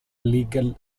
legal